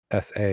SA